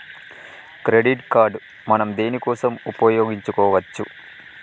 Credit card మనం దేనికోసం ఉపయోగించుకోవచ్చు?